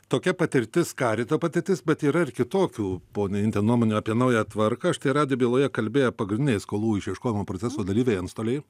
tokia patirtis karito patirtis bet yra ir kitokių ponia inte nuomonių apie naują tvarką štai radijo byloje kalbėję pagrindiniai skolų išieškojimo proceso dalyviai antstoliai